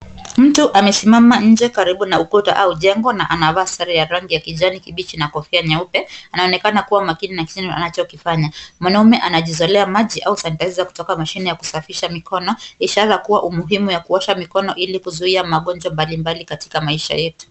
Mtu amesimama nje karibu na ukuta au jengo na anavaa sare ya rangi ya kijani kibichi na kofia nyeupe. Anaonekana kuwa makini na kitendo anachokifanya. Mwanaume anajizolea maji au sanitizer kutoka mashine ya kusafisha mikono, ishara kuwa umuhimu ya kuosha mikono ili kuzuia magonjwa mbalimbali katika maisha yetu.